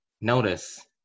notice